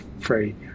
free